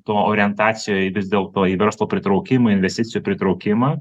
to orientacija į vis dėl to į verslo pritraukimą investicijų pritraukimą